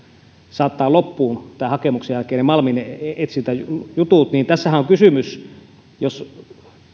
saattaa loppuun nämä hakemuksenjälkeiset malminetsintäjutut niin tässähän on kysymys jos